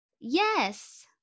Yes